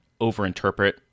overinterpret